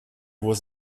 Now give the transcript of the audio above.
was